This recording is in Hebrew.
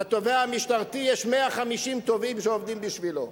לתובע המשטרתי יש 150 תובעים שעובדים בשבילו.